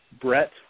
brett